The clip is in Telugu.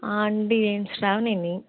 ఆంటీ శ్రావణీని